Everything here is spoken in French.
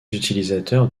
utilisateurs